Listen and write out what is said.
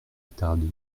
tardy